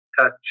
touch